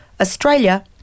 Australia